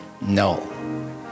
No